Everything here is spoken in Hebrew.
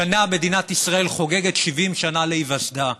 השנה מדינת ישראל חוגגת 70 שנה להיווסדה.